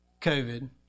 COVID